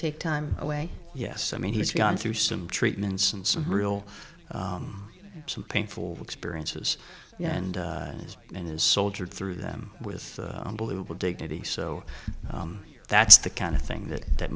take time away yes i mean he's gone through some treatments and some real some painful experiences and his and his soldier through them with believable dignity so that's the kind of thing that that